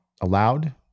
allowed